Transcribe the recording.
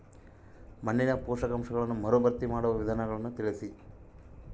ಮಣ್ಣಿನ ಪೋಷಕಾಂಶಗಳನ್ನು ಮರುಭರ್ತಿ ಮಾಡುವ ವಿಧಾನಗಳನ್ನು ತಿಳಿಸಿ?